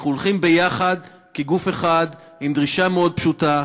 אנחנו הולכים ביחד כגוף אחד עם דרישה מאוד פשוטה,